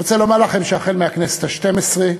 אני רוצה לומר לכם שהחל מהכנסת השתים-עשרה